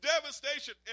devastation